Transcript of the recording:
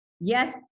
Yes